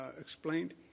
explained